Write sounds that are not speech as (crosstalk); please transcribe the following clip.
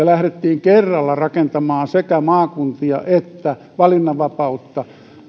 (unintelligible) lähdettiin kerralla rakentamaan sekä maakuntia että valinnanvapautta